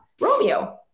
romeo